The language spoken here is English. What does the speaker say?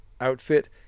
outfit